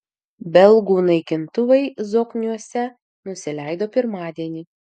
belgų naikintuvai zokniuose nusileido pirmadienį